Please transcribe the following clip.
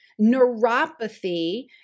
neuropathy